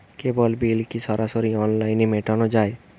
কেবল bill কি সরাসরি অনলাইনে মেটানো য়ায়?